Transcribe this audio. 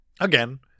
Again